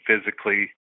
physically